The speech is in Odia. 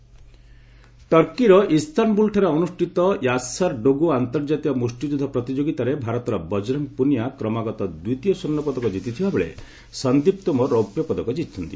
ରେସ୍ଲିଂ ମେଡାଲ୍ ଟର୍କିର ଇସ୍ତାନବୁଲ୍ ଠାରେ ଅନୁଷ୍ଠିତ ୟାସାର୍ ଡୋଗୁ ଅନ୍ତର୍ଜାତୀୟ ମୁଷ୍ଟିଯୁଦ୍ଧ ପ୍ରତିଯୋଗିତାରେ ଭାରତର ବକରଙ୍ଗ ପୁନିଆ କ୍ରମାଗତ ଦ୍ୱିତୀୟ ସ୍ୱର୍ଷପଦକ ଜିତିଥିବାବେଳେ ସନ୍ଦୀପ ତୋମର ରୌପ୍ୟ ପଦକ ଜିତିଛନ୍ତି